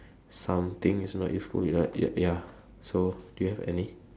something is not useful ya ya ya so do you have any